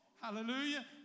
Hallelujah